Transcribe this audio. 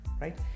right